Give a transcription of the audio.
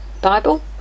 Bible